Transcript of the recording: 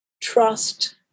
trust